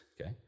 okay